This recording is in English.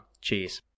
Cheers